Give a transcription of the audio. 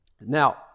Now